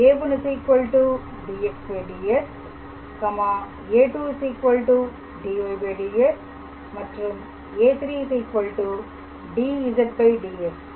a1 dxds a2 dyds மற்றும் a3 dzds என்பதாகும்